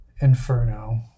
Inferno